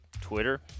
Twitter